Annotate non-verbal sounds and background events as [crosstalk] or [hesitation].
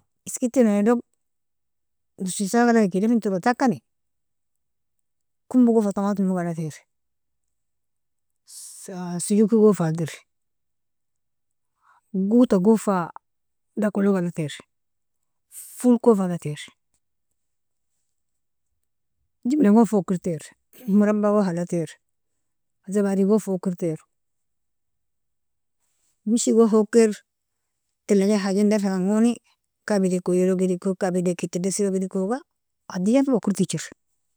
Isikiti ilonaidog nusi saeagalag ika kedafi torotakani kombogon, fa tamatimlog adlatero [hesitation] sujikigon fa adler, gotagon fa dakwalog adlatr, folkon fa ladlatr, jibnagon fa ukirtir, [noise] moraba hadlatr zabadigon fa ukirtir meshigon haukirtir talajal hajendafi kangoni kabideko oielog idekog kabidek itirdesilog iderkoga adlija fa ukirtirtijero.